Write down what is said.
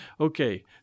Okay